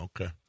Okay